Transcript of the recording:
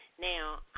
Now